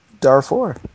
Darfur